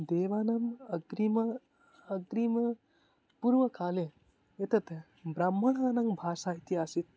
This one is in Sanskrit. देवानाम् अग्रिमे अग्रिमे पुर्वकाले एतत् ब्राह्मणानां भाषा इति आसीत्